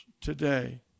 today